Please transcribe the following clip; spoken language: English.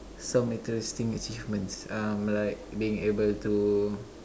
some interesting achievements um like being able to